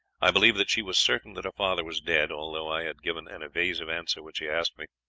i believe that she was certain that her father was dead, although i had given an evasive answer when she asked me